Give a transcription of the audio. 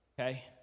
Okay